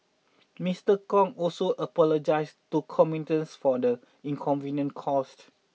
Mister Kong also apologised to commuters for the inconvenience caused